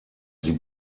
sie